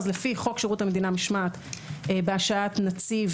לפי חוק שירות המדינה (משמעת), בהשעיית נציב